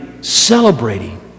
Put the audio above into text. celebrating